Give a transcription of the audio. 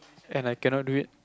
and I cannot do it